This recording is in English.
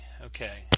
Okay